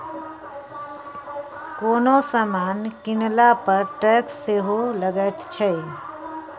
कोनो समान कीनला पर टैक्स सेहो लगैत छै